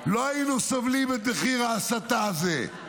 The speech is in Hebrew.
לא היינו סובלים את מחיר ההסתה הזו.